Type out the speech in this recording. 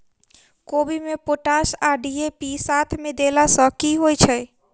कोबी मे पोटाश आ डी.ए.पी साथ मे देला सऽ की होइ छै?